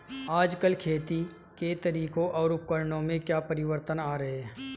आजकल खेती के तरीकों और उपकरणों में क्या परिवर्तन आ रहें हैं?